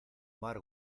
mar